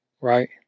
Right